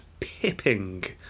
pipping